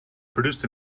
produced